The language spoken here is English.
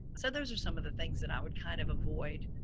so those are some of the things that i would kind of avoid.